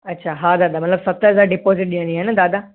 अच्छा हा दा मतिलबु सत हज़ार डिपोजिट ॾियणी आहे न दादा